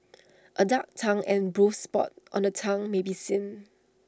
A dark tongue and bruised spots on the tongue may be seen